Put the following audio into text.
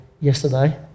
yesterday